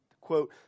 quote